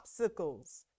popsicles